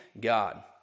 God